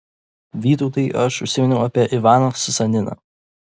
vytautai aš užsiminiau apie ivaną susaniną